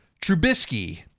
Trubisky